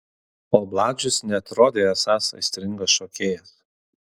o bladžius neatrodė esąs aistringas šokėjas